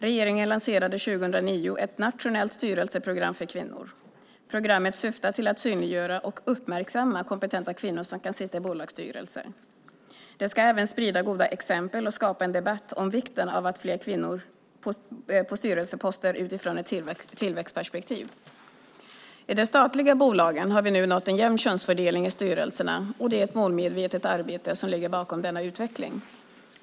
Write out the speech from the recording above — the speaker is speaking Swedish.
Regeringen lanserade 2009 ett nationellt styrelseprogram för kvinnor. Programmet syftar till att synliggöra och uppmärksamma kompetenta kvinnor som kan sitta i bolagsstyrelser. Det ska även sprida goda exempel och skapa en debatt om vikten av att ha fler kvinnor på styrelseposter utifrån ett tillväxtperspektiv. I de statliga bolagen har vi nu nått en jämn könsfördelning i styrelserna, och det är ett målmedvetet arbete som ligger bakom denna utveckling.